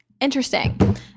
Interesting